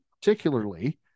particularly